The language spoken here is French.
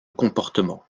comportement